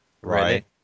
right